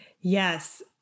Yes